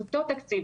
את אותו תקציב,